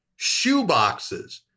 shoeboxes